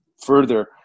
further